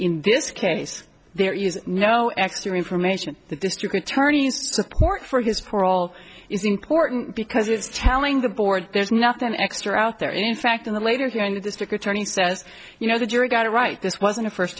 in this case there is no extra information the district attorney's support for his parole is important because it's telling the board there's nothing extra out there in fact in the later here in the district attorney says you know the jury got it right this wasn't a first